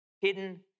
hidden